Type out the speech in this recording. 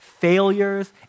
failures